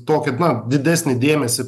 tokį na didesnį dėmesį